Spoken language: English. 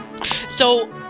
So-